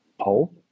pole